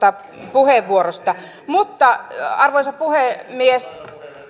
puheenvuorosta mutta arvoisa puhemies